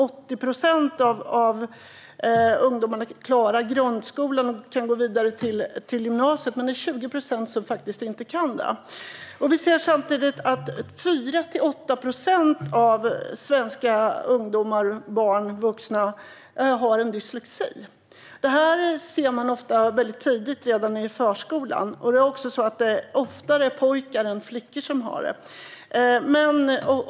80 procent av ungdomarna klarar grundskolan och kan gå vidare till gymnasiet, men det är 20 procent som faktiskt inte kan det. 4-8 procent av svenska barn, ungdomar och vuxna har dyslexi. Man märker det ofta väldigt tidigt, redan i förskolan, och det är fler pojkar än flickor som har dyslexi.